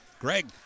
Greg